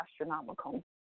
astronomical